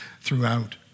throughout